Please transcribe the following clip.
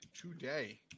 today